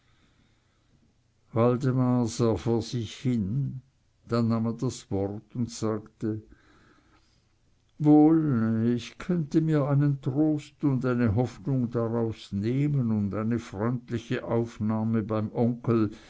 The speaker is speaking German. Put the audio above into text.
dann nahm er das wort und sagte wohl ich könnte mir einen trost und eine hoffnung daraus nehmen und eine freundliche aufnahme beim onkel